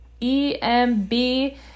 EMB